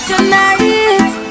Tonight